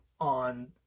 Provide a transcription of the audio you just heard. on